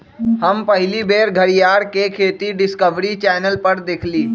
हम पहिल बेर घरीयार के खेती डिस्कवरी चैनल पर देखली